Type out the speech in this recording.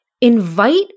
invite